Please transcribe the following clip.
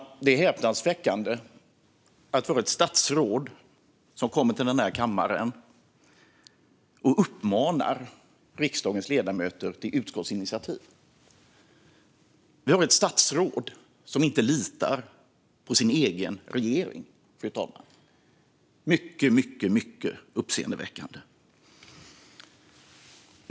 Det är häpnadsväckande att vi har ett statsråd som kommer till denna kammare och uppmanar riksdagens ledamöter att ta utskottsinitiativ. Vi har ett statsråd som inte litar på sin egen regering. Det är mycket uppseendeväckande.